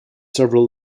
several